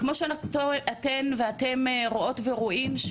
כמו שאתן ואתם רואות ורואים,